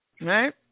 Right